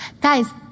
Guys